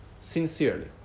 sincerely